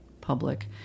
public